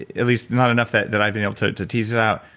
at least not enough that that i've been able to to tease out,